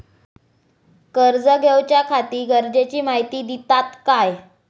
कर्ज घेऊच्याखाती गरजेची माहिती दितात काय?